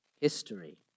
history